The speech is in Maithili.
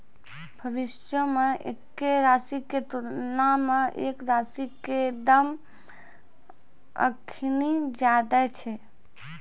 भविष्यो मे एक्के राशि के तुलना मे एक राशि के दाम अखनि ज्यादे छै